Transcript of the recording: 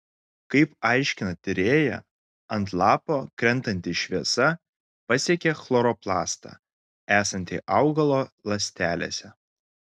kaip aiškina tyrėja ant lapo krentanti šviesa pasiekia chloroplastą esantį augalo ląstelėse